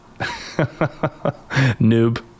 Noob